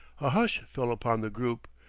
a hush fell upon the group,